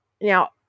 now